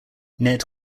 ned